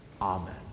Amen